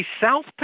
South